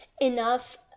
enough